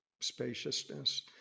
spaciousness